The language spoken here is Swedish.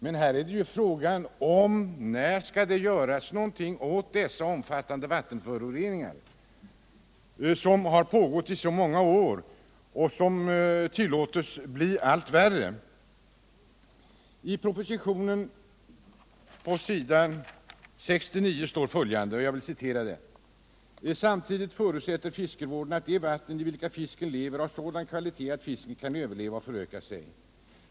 Men här gäller frågan när man skall göra något åt dessa omfattande vattenföroreningar, som har pågått i så många år och som tillåts bli allt värre. På s. 69 i propositionen står följande: ”Samtidigt förutsätter fiskevården att de vatten i vilka fisken lever har sådan kvalitet att fisken kan överleva och föröka sig.